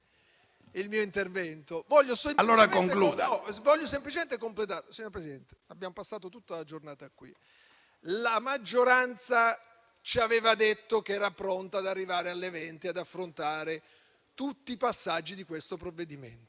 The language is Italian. la giornata qui. La maggioranza ci aveva detto che era pronta per arrivare alle ore 20 ad affrontare tutti i passaggi di questo provvedimento.